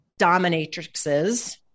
dominatrixes